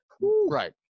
Right